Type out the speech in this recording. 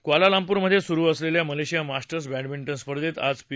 क्वालांलपूरमध्ये सुरू असलेल्या Malaysia Masters badminton स्पर्धेत आज पी